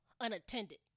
unattended